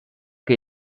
que